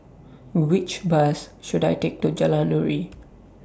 Which Bus should I Take to Jalan Nuri